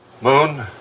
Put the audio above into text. Moon